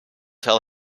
tell